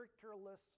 characterless